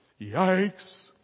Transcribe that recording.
Yikes